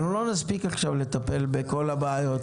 אנחנו לא נספיק עכשיו לטפל בכל הבעיות.